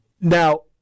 Now